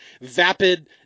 vapid